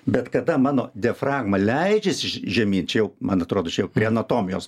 bet kada mano diafragma leidžiasi ž žemyn čia jau man atrodočia jau prie anatomijos